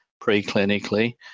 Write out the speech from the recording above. preclinically